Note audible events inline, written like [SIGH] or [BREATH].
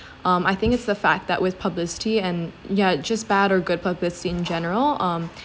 [BREATH] um I think it's the fact that with publicity and yeah it's just bad or good purpose in general um